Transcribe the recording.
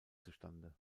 zustande